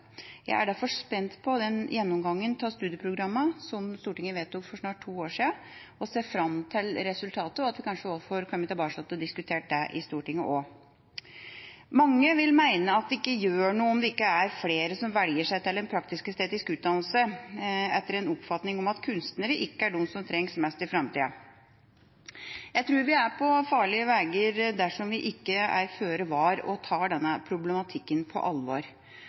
Jeg er derfor spent på den gjennomgangen av studieprogrammene som Stortinget vedtok for snart to år siden, og ser fram til resultatet og til at vi kanskje også får komme tilbake til det og diskutert det i Stortinget. Mange vil mene at det ikke gjør noe om det ikke er flere som velger seg til en praktisk-estetisk utdannelse, ut fra den oppfatning at kunstnere ikke er det som trengs mest i framtida. Jeg tror vi er på farlige veger dersom vi ikke er føre var og tar denne problematikken på alvor.